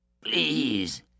Please